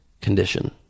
condition